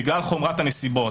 בגלל חומרת הנסיבות,